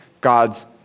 God's